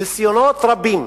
ניסיונות רבים